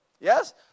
Yes